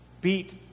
beat